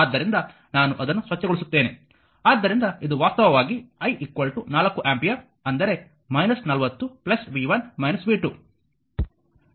ಆದ್ದರಿಂದ ನಾನು ಅದನ್ನು ಸ್ವಚ್ಛಗೊಳಿಸುತ್ತೇನೆ ಆದ್ದರಿಂದ ಇದು ವಾಸ್ತವವಾಗಿ i 4 ಆಂಪಿಯರ್ ಅಂದರೆ 40 v 1 v 2